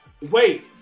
Wait